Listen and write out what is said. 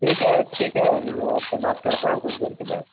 ٹھیک ہے ٹھیک ہے میں آپ سے بات کرتا ہوں کچھ دیر کے بعد